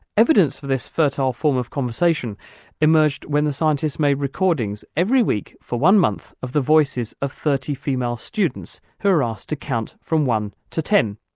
evidence of this fertile form of conversation emerged when the scientists made recordings every week for one month of the voices of thirty female students who were asked to count from one to ten.